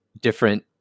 different